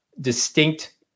distinct